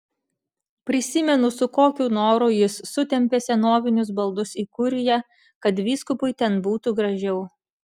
prisimenu su kokiu noru jis sutempė senovinius baldus į kuriją kad vyskupui ten būtų gražiau